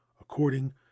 according